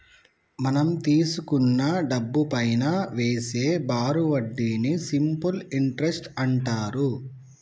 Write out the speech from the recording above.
మనం తీసుకున్న డబ్బుపైనా వేసే బారు వడ్డీని సింపుల్ ఇంటరెస్ట్ అంటారు